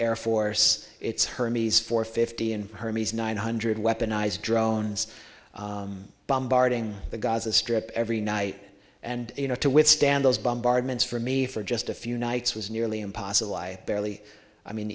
air force its hermes four fifty and hermes nine hundred weaponized drones bombarding the gaza strip every night and you know to withstand those bombardments for me for just a few nights was nearly impossible i barely i mean